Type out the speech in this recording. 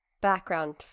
background